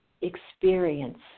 experience